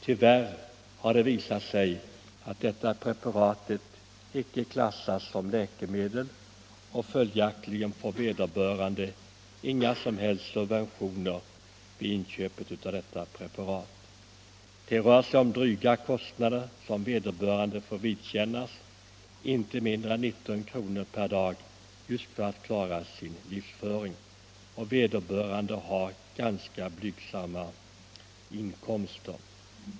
Tyvärr har det visat sig att detta preparat icke klassas som läkemedel, och följaktligen får vederbörande inga som helst subventioner vid sina inköp av preparatet. Det rör sig om dryga kostnader som vederbörande måste vidkännas för att klara sin livsföring — inte mindre än 19 kr. per dag — och vederbörande har ganska blygsamma inkomster.